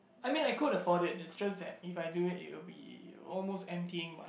I mean I could afford it it's just that if I do it it will be almost emptying my